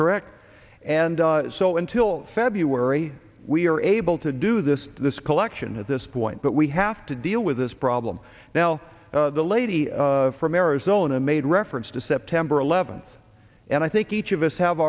correct and so until february we are able to do this this collection at this point but we have to deal with this problem now the lady from arizona made reference to september eleventh and i think each of us have